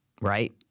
right